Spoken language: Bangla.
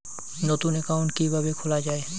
নতুন একাউন্ট কিভাবে খোলা য়ায়?